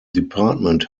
department